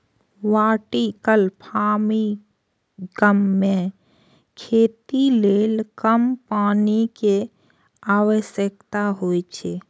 vertical farming मे खेती लेल कम पानि के आवश्यकता होइ छै